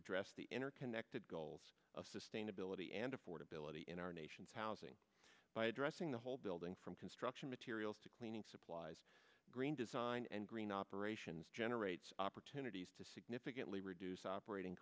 address the interconnected goals of sustainability and affordability in our nation's housing by addressing the whole building from construction materials to cleaning supplies green design and green operations generates opportunities to significantly reduce operating